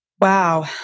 Wow